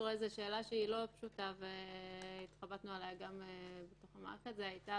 זו שאלה לא פשוטה והתחבטנו בה בתוך המערכת והחלטנו